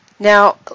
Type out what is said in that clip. Now